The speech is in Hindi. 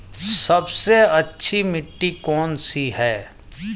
सबसे अच्छी मिट्टी कौन सी है?